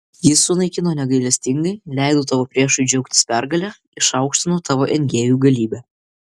jis sunaikino negailestingai leido tavo priešui džiaugtis pergale išaukštino tavo engėjų galybę